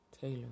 Taylor